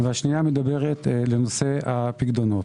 והשנייה לנושא הפיקדונות.